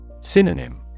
Synonym